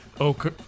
Okay